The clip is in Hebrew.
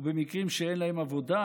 ובמקרים שאין להם עבודה,